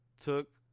took